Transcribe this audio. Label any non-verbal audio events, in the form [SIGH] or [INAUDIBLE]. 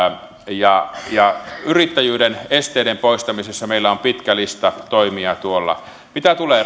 yrittäjyyden esteiden poistamisessa meillä on tuolla pitkä lista toimia mitä tulee [UNINTELLIGIBLE]